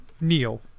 Kneel